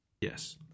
Yes